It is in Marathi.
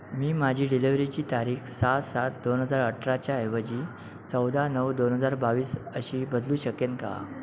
मी माझी डिलिव्हरीची तारीख सहा सात दोन हजार अठराच्या ऐवजी चौदा नऊ दोन हजार बावीस अशी बदलू शकेन का